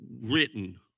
written